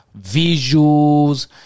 Visuals